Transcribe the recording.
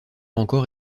encore